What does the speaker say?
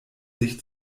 sich